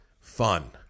fun